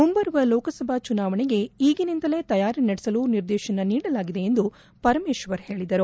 ಮುಂಬರುವ ಲೋಕಸಭಾ ಚುನಾವಣೆಗೆ ಈಗಿನಿಂದಲೇ ತಯಾರಿ ನಡೆಸಲು ನಿರ್ದೇತನ ನೀಡಲಾಗಿದೆ ಎಂದು ಪರಮೇಶ್ವರ್ ಹೇಳಿದರು